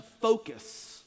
focus